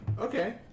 Okay